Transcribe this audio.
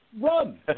run